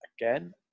again